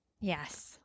Yes